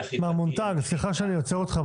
מענה- -- סליחה שאני עוצר אותך.